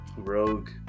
rogue